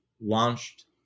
launched